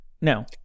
No